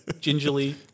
gingerly